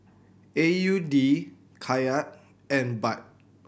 A U D Kyat and Baht